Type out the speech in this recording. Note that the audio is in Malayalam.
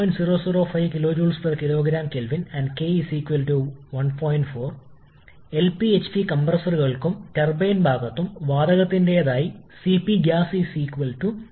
ഈ സിംഗിൾ സ്റ്റേജ് കംപ്രഷൻ നമ്മൾ ഐസോതെർമൽ രീതിയിൽ പിന്തുടരുകയാണെങ്കിൽ അത് നമ്മൾക്ക് സാധ്യമായ ഏറ്റവും കുറഞ്ഞ വർക്ക് ഇൻപുട്ട് ആവശ്യകതയാണ്